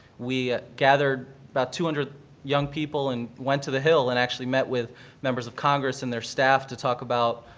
we gathered about two hundred young people and went to the hill and actually met with members of congress and their staff to talk about,